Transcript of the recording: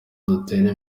dutere